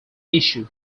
issue